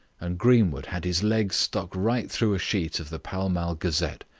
and greenwood had his leg stuck right through a sheet of the pall mall gazette,